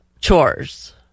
chores